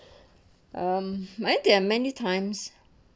um my there are many times